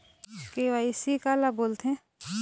KYC काला बोलथें?